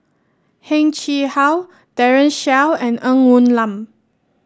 Heng Chee How Daren Shiau and Ng Woon Lam